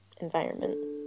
environment